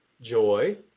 joy